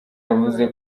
yavuze